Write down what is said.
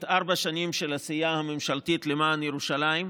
את ארבע השנים של העשייה הממשלתית למען ירושלים,